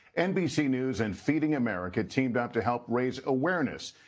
nbc news and feeding america teamed up to help raise awareness.